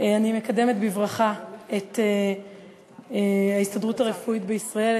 אני מקדמת בברכה את ההסתדרות הרפואית בישראל,